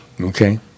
Okay